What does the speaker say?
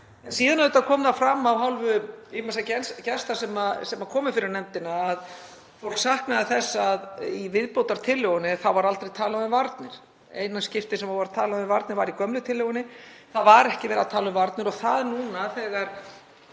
Síðan auðvitað kom það fram af hálfu ýmissa gesta sem komu fyrir nefndina að fólk saknaði þess að í viðbótartillögunni var aldrei talað um varnir. Eina skiptið sem var talað um varnir var í gömlu tillögunni. Það var ekki verið að tala um varnir og það núna þegar